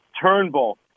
Turnbull